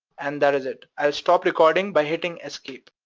and that is it. i'll stop recording by hitting escape,